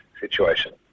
situation